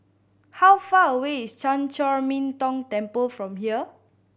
how far away is Chan Chor Min Tong Temple from here